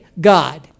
God